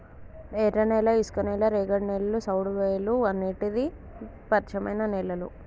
ఎర్రనేల, ఇసుక నేల, రేగడి నేలలు, సౌడువేలుఅనేటి పరిచయమైన నేలలు